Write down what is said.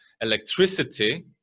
electricity